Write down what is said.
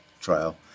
trial